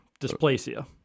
Dysplasia